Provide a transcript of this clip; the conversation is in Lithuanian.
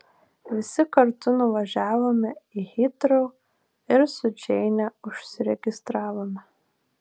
visi kartu nuvažiavome į hitrou ir su džeine užsiregistravome